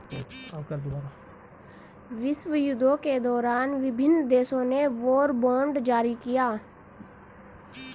विश्वयुद्धों के दौरान विभिन्न देशों ने वॉर बॉन्ड जारी किया